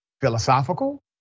philosophical